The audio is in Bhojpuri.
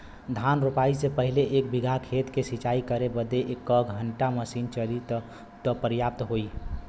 धान रोपाई से पहिले एक बिघा खेत के सिंचाई करे बदे क घंटा मशीन चली तू पर्याप्त होई?